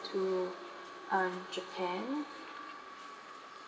to um japan